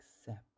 accept